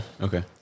Okay